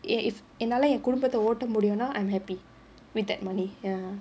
if என்னால என் குடும்பத்த ஓட்ட முடியும்னா:ennaala an kudumbatha otta mudiyumnaa I'm happy with that money ya